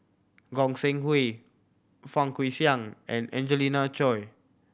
Goi Seng Hui Fang Guixiang and Angelina Choy